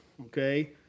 okay